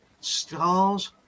stars